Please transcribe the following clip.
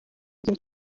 igihe